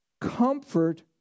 Comfort